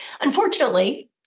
Unfortunately